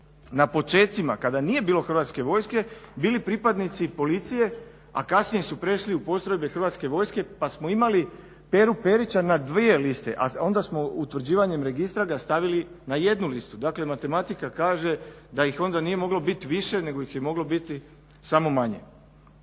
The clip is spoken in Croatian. na počecima kada nije bilo Hrvatske vojske bili pripadnici i Policije, a kasnije su prešli u postrojbe Hrvatske vojske pa smo imali Peru Perića na dvije liste, a onda smo utvrđivanjem registra ga stavili na jednu listu. Dakle, matematika kaže da ih onda nije moglo biti više nego ih je moglo biti samo manje.